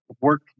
work